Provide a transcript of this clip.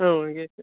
ah okay sir